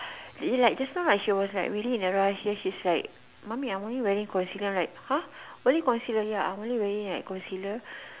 like just now like she was like really in a rush ya she's like mummy I want you wearing concealer like !huh! wearing concealer ya I want you wearing like concealer